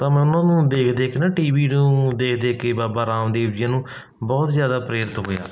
ਤਾਂ ਮੈਂ ਉਹਨਾਂ ਨੂੰ ਦੇਖ ਦੇਖ ਨਾ ਟੀਵੀ ਨੂੰ ਦੇਖ ਦੇਖ ਕੇ ਬਾਬਾ ਰਾਮਦੇਵ ਜੀ ਨੂੰ ਬਹੁਤ ਜ਼ਿਆਦਾ ਪ੍ਰੇਰਿਤ ਹੋਇਆ